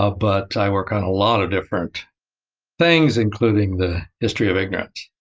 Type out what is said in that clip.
ah but i work on a lot of different things, including the history of ignorance.